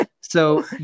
So-